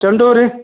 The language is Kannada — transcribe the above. ಚೆಂಡು ಹೂವು ರೀ